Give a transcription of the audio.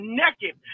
naked